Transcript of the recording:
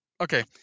Okay